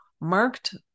marked